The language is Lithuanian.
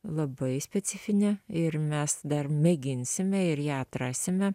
labai specifinė ir mes dar mėginsime ir ją atrasime